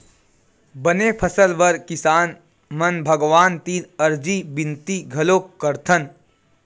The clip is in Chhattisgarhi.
बने फसल बर किसान मन भगवान तीर अरजी बिनती घलोक करथन